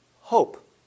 hope